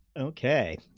Okay